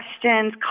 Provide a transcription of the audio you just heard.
questions